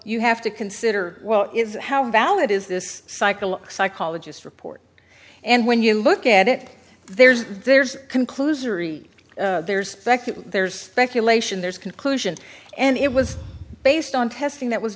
you have to consider well is how valid is this cycle psychologists report and when you look at it there's there's conclusory there's there's speculation there's conclusion and it was based on testing that was